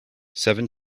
seven